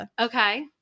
Okay